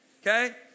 Okay